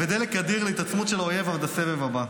ודלק אדיר להתעצמות של האויב עד הסבב הבא.